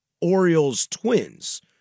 Orioles-Twins